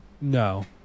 No